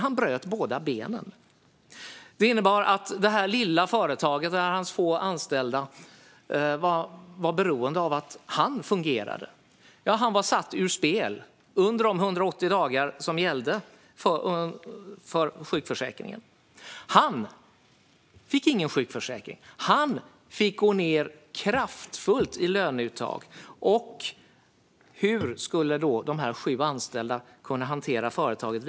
Han bröt båda benen. Hans få anställda i det lilla företaget var beroende av att han fungerade. Han var satt ur spel under de 180 dagar som gällde för sjukförsäkringen. Han fick ingen sjukförsäkring. Han fick gå ned kraftfullt i löneuttag. Hur skulle då de sju anställda kunna hantera företaget?